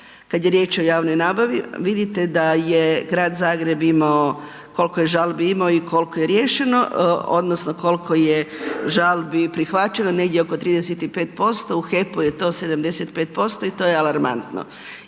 kad je riječ o javnoj nabavi, vidite da je grad Zagreb imao koliko je žalbi imao i koliko je riješeno odnosno koliko je žalbi prihvaćeno, negdje oko 35%, u HEP-u je to 75% i to je alarmantno.